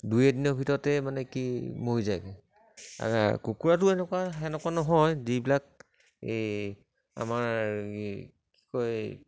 দুই এদিনৰ ভিতৰতে মানে কি মৰি যায়গৈ আৰু কুকুৰাটো এনেকুৱা সেনেকুৱা নহয় যিবিলাক এই আমাৰ এই কি কয় এই